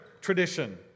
tradition